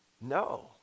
No